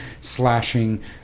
slashing